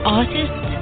artist